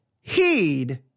heed